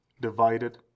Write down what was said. divided